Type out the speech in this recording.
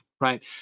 right